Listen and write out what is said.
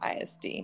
ISD